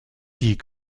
die